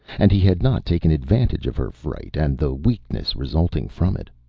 and he had not taken advantage of her fright and the weakness resulting from it.